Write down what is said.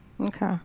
Okay